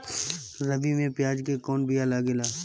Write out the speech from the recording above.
रबी में प्याज के कौन बीया लागेला?